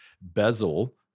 bezel